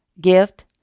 gift